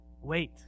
wait